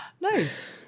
nice